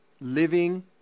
living